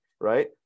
right